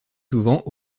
souvent